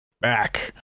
back